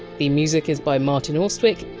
the music is by martin austwick.